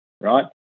right